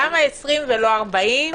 למה 20 ולא 40,